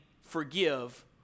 forgive